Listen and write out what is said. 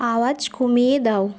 আওয়াজ কমিয়ে দাও